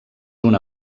una